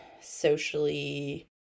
socially